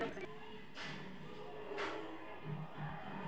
ಮೀನನ್ನು ಹಿಡಿಯಲು ಬಳಸುವ ದೋಣಿ ಅಥವಾ ಹಡಗುಗಳನ್ನು ಫಿಶ್ ವೆಸೆಲ್ಸ್ ಎಂದು ಕರಿತಾರೆ